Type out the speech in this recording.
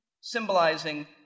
symbolizing